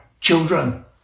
children